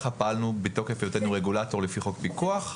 ככה פעלנו מתוקף היותנו רגולטור, לפי חוק פיקוח.